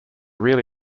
really